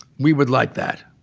we would like that.